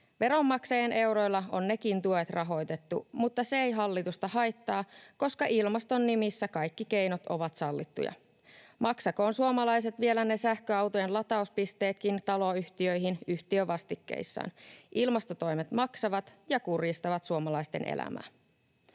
Veronmaksajien euroilla on nekin tuet rahoitettu, mutta se ei hallitusta haittaa, koska ilmaston nimissä kaikki keinot ovat sallittuja. Maksakoot suomalaiset vielä ne sähköautojen latauspisteetkin taloyhtiöihin yhtiövastikkeissaan. Ilmastotoimet maksavat ja kurjistavat suomalaisten elämää.